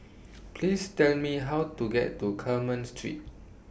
Please Tell Me How to get to Carmen Street